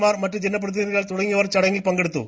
മാർ മറ്റു ജനപ്രതിനിധികൾ തുടങ്ങിയവർ പങ്കെടുത്തു